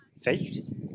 Faith